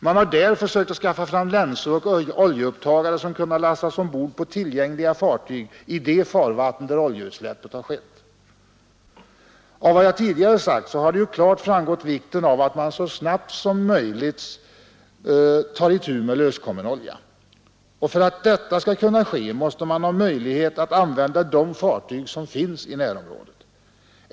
Man har där försökt att skaffa fram länsor och oljeupptagare som kan lastas ombord på tillgängliga fartyg i de farvatten där oljeutsläppet har ägt rum. Av vad jag tidigare sagt har ju klart framgått vikten av att man så snabbt som möjligt tar itu med löskommen olja. Och för att detta skall kunna ske måste man ha möjlighet att använda de fartyg som finns i närområdet.